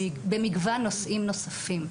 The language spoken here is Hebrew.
במגוון נושאים נוספים.